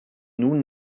nun